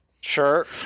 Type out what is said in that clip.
sure